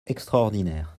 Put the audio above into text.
extraordinaire